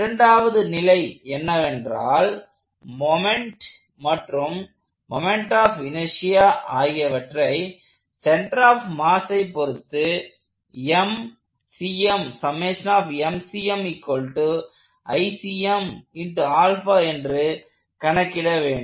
இரண்டாவது நிலை என்னவென்றால் மொமெண்ட் மற்றும் மொமெண்ட் ஆப் இனெர்ஷியா ஆகியவற்றை சென்டர் ஆப் மாஸை பொருத்து என்று கணக்கிட வேண்டும்